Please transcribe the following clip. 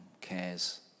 cares